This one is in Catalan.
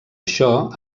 això